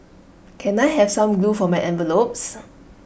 can I have some glue for my envelopes